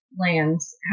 lands